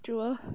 jewel